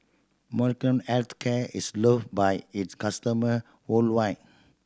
Molnylcke Health Care is loved by its customer worldwide